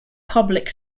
public